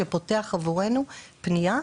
שפותח עבורנו פנייה,